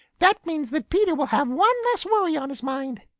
that means that peter will have one less worry on his mind.